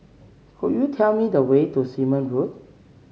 could you tell me the way to Simon Road